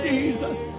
Jesus